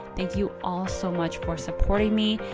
thank you all so much for supporting me.